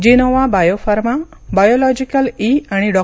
Gennova biopharma biological E आणि डॉ